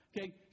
Okay